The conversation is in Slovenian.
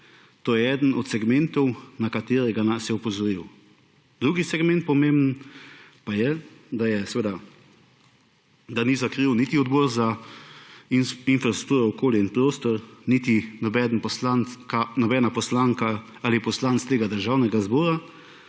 To je eden od segmentov, na katerega nas je opozoril. Drugi pomemben segment pa je, da ni za to kriv niti Odbor za infrastrukturo, okolje in prostor niti nobena poslanka ali poslanec tega državnega zbora,